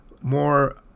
more